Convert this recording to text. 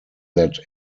that